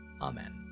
Amen